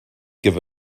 give